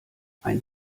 ein